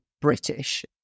british